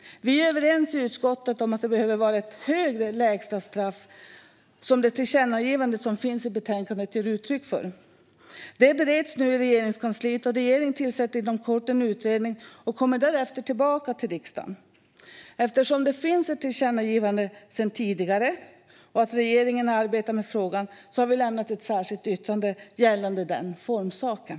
Vi är överens i utskottet om att det behöver vara ett högre lägsta straff, vilket tillkännagivandet i betänkandet ger uttryck för. Detta bereds nu i Regeringskansliet, och regeringen tillsätter inom kort en utredning och kommer därefter tillbaka till riksdagen. Eftersom det finns ett tillkännagivande sedan tidigare och regeringen arbetar med frågan har vi lämnat ett särskilt yttrande gällande den formsaken.